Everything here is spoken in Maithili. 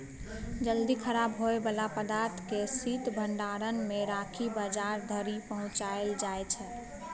जल्दी खराब होइ बला पदार्थ केँ शीत भंडारण मे राखि बजार धरि पहुँचाएल जाइ छै